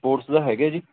sports ਦਾ ਹੈਗਾ ਜੀ